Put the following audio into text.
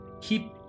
keep